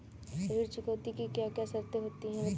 ऋण चुकौती की क्या क्या शर्तें होती हैं बताएँ?